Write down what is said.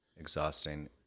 exhausting